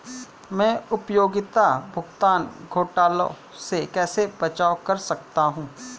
मैं उपयोगिता भुगतान घोटालों से कैसे बचाव कर सकता हूँ?